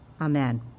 amen